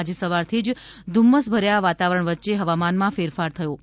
આજે સવારથી જ ધુમ્મસછાયા વાતાવરણ વચ્ચે હવામાનમાં ફેરફાર થયો હતો